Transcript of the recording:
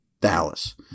Dallas